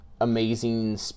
amazing